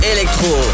Electro